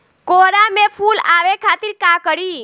कोहड़ा में फुल आवे खातिर का करी?